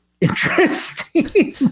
interesting